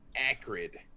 acrid